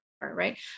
right